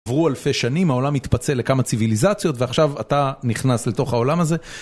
עברו אלפי שנים, העולם התפצל לכמה ציוויליזציות ועכשיו אתה נכנס לתוך העולם הזה.